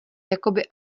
jakoby